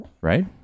right